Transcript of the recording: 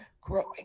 growing